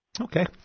Okay